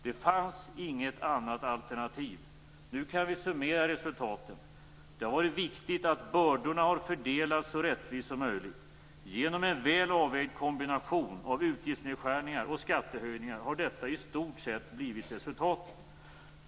Det fanns inget annat alternativ. Nu kan vi summera resultaten. Det har varit viktigt att bördorna har fördelats så rättvist som möjligt. Genom en väl avvägd kombination av utgiftsnedskärningar och skattehöjningar har detta i stort sett blivit resultatet.